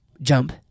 jump